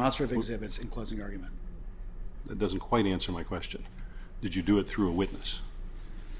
monster things and it's in closing argument that doesn't quite answer my question did you do it through a witness